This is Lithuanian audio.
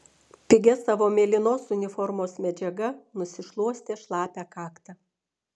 pigia savo mėlynos uniformos medžiaga nusišluostė šlapią kaktą